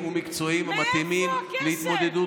סוהרים מנוסים ומקצועיים המתאימים להתמודדות